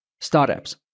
Startups